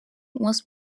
was